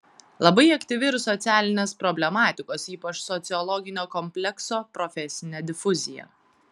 labai aktyvi ir socialinės problematikos ypač sociologinio komplekso profesinė difuzija